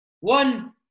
One